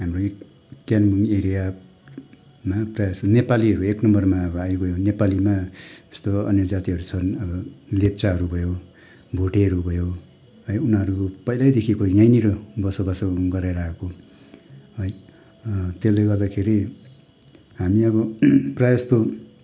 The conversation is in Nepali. हाम्रो यहीँ कालिम्पोङ एरियामा प्रायः जसो नेपालीहरू एक नम्बरमा अब आइगयो नेपालीमा यस्तो अन्य जातिहरू छन् अब लेप्चाहरू भयो भोटेहरू भयो है उनीहरू पहिल्यैदेखिको यहीँनिर बसोबासो गरेर आएको है त्यसले गर्दाखेरि हामी अब प्रायःजस्तो